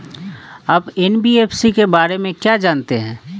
आप एन.बी.एफ.सी के बारे में क्या जानते हैं?